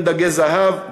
אין דגי זהב,